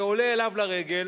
שעולה אליו לרגל,